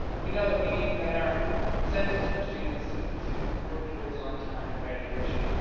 we know that we need better incentives for students to to work towards on-time graduation.